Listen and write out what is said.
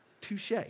Touche